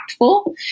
impactful